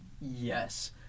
Yes